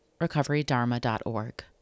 recoverydharma.org